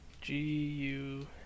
G-U